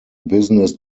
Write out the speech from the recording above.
business